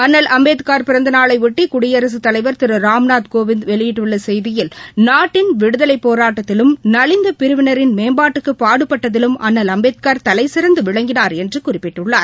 அண்ணல் அம்பேத்கர் பிறந்தநாளையொட்டி குடியரசுத் தலைவர் திரு ராம்நாத் கோவிந்த் வெளியிட்டுள்ள செய்தியில் நாட்டின் விடுதலைப் போராட்டத்திலும் நலிந்த பிரிவினரின் மேம்பாட்டுக்கு பாடுபட்டதிலும் அண்ணல் அம்பேத்கர் தலைசிறந்து விளங்கினார் என்று குறிப்பிட்டுள்ளார்